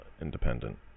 independent